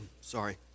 sorry